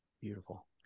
Beautiful